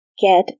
get